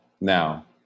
now